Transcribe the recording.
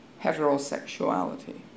heterosexuality